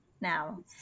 now